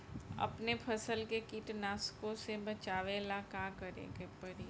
अपने फसल के कीटनाशको से बचावेला का करे परी?